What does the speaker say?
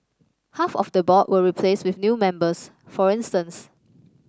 half of the board were replaced with new members for instance